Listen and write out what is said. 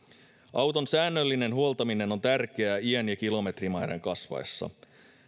auton säännöllinen huoltaminen on tärkeää iän ja kilometrimäärän kasvaessa